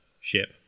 ship